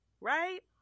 right